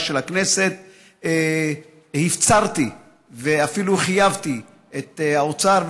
של הכנסת הפצרתי ואפילו חייבתי את האוצר,